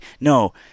no